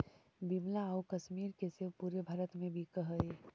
शिमला आउ कश्मीर के सेब पूरे भारत में बिकऽ हइ